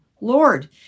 Lord